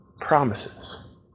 Promises